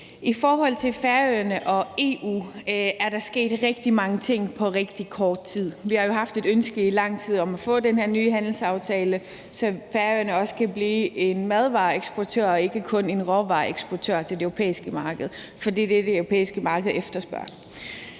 I forhold til Færøerne og EU er der sket rigtig mange ting på rigtig kort tid. Vi har jo haft et ønske i lang tid om at få den her nye handelsaftale, så Færøerne også kan blive en madvareeksportør og ikke kun en råvareeksportør til det europæiske marked. For det er det, det europæiske marked efterspørger.